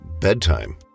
bedtime